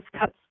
cuts